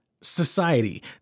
society